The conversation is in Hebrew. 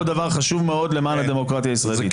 דבר חשוב מאוד למען הדמוקרטיה הישראלית.